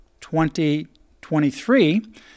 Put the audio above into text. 2023